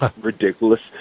ridiculous